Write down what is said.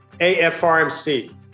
AFRMC